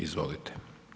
Izvolite.